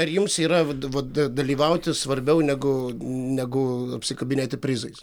ar jums yra vat vat dalyvauti svarbiau negu negu apsikabinėti prizais